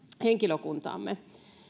henkilökuntaamme